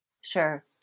Sure